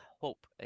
hope